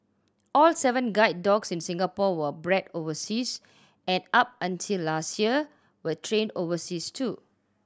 all seven guide dogs in Singapore were bred overseas and up until last year were trained overseas too